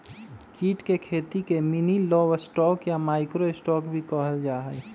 कीट के खेती के मिनीलिवस्टॉक या माइक्रो स्टॉक भी कहल जाहई